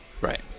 Right